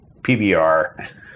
PBR